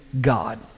God